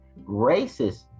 racist